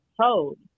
told